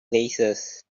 places